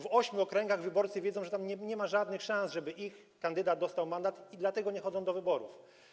W ośmiu okręgach wyborcy wiedzą, że tam nie ma żadnych szans, żeby ich kandydat dostał mandat, i dlatego nie chodzą do wyborów.